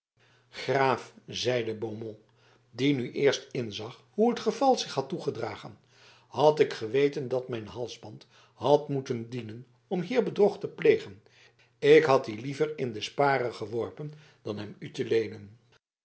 graaf zeide beaumont die nu eerst inzag hoe het geval zich had toegedragen had ik geweten dat mijn halsband had moeten dienen om hier bedrog te plegen ik had dien liever in t sparen geworpen dan hem u te leenen